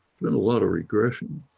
been a lot of regression,